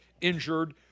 injured